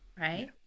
right